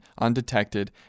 undetected